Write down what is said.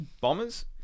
Bombers